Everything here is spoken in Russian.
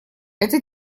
это